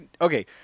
okay